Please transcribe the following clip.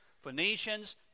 Phoenicians